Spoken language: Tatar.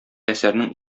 әсәрнең